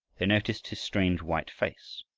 they noticed his strange white face,